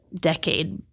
decade